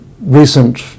recent